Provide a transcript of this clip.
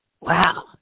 wow